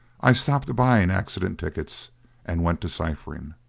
i stopped buying accident tickets and went to ciphering.